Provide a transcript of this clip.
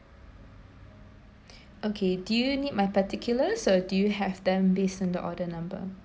okay do you need my particular so do you have them based on the order number